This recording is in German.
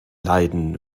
leiden